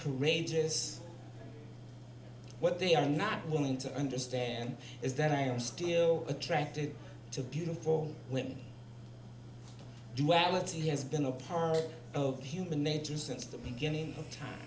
courageous what they are not going to understand is that i am still attracted to beautiful women duality has been a part of human nature since the beginning of time